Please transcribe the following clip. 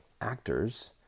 actors